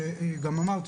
וגם אמרתי,